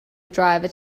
driver